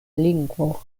lingvo